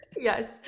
Yes